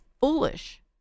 foolish